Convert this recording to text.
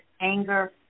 anger